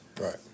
Right